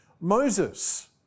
Moses